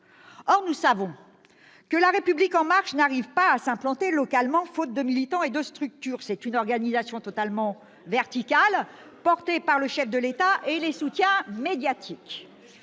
Or nous savons que La République En Marche n'arrive pas à s'implanter localement faute de militants et de structures. C'est une organisation totalement verticale, portée par le chef de l'État et les soutiens médiatiques.